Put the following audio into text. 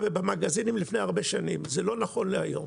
ובמגזינים לפני הרבה שנים וזה לא נכון להיום.